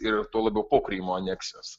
ir tuo labiau po krymo aneksijos